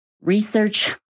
research